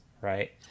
right